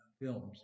films